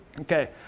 Okay